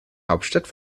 hauptstadt